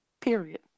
Period